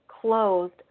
closed